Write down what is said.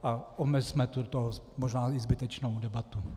A omezme tuto možná i zbytečnou debatu.